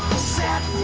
sat